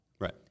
Right